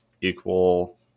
equal